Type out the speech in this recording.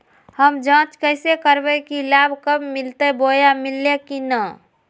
हम जांच कैसे करबे की लाभ कब मिलते बोया मिल्ले की न?